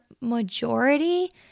majority